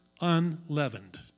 unleavened